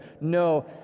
No